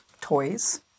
toys